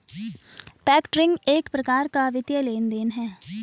factoring एक प्रकार का वित्तीय लेन देन है